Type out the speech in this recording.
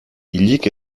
hilik